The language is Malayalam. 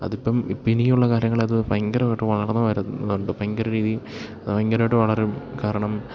അതിപ്പം ഇപ്പോള് ഇനിയുള്ള കാലങ്ങളില് അത് ഭയങ്കരമായിട്ട് വളർന്നുവരുന്നുണ്ട് ഭയങ്കരം രീതിയില് ഭയങ്കരമായിട്ട് വളരും കാരണം